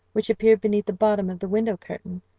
which appeared beneath the bottom of the window curtain.